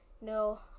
No